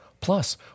Plus